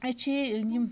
اسہِ چھِ ٲں یِم